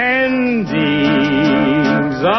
endings